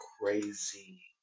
crazy